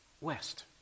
west